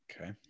Okay